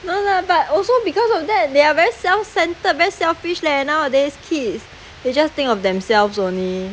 no lah but also because of that they are very self-centered very selfish leh nowadays kids they just think of themselves only